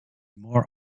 more